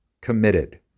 Committed